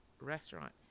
restaurant